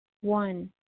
One